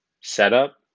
setup